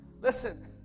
Listen